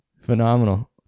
Phenomenal